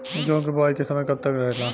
गेहूँ के बुवाई के समय कब तक रहेला?